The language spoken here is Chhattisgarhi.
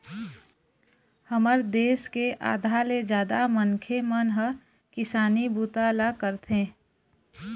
हमर देश के आधा ले जादा मनखे मन ह किसानी बूता ल करथे